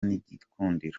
n’igikundiro